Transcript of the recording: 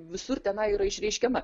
visur tenai yra išreiškiama